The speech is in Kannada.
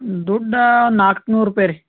ದುಡ್ಡಾ ನಾಲ್ಕುನೂರು ರುಪಾಯ್ ರೀ